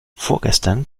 vorgestern